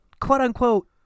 quote-unquote